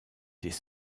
des